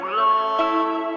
long